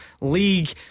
League